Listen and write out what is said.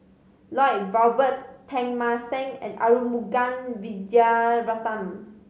Lloyd Valberg Teng Mah Seng and Arumugam Vijiaratnam